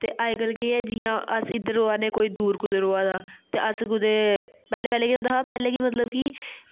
ते अज्ज कल केह् ऐ जियां अस इद्धर रवा ने कोई दूर रवा दा ते अस कुदै पैह्लें पैह्लें केह् होंदा हा कि पैह्लें मतलब कि